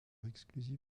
exclusif